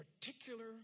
particular